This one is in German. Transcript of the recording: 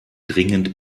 dringend